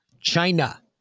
China